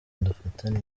dufatane